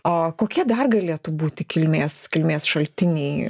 o kokie dar galėtų būti kilmės kilmės šaltiniai